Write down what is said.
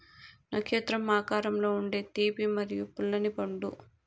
నక్షత్రం ఆకారంలో ఉండే తీపి మరియు పుల్లని పండు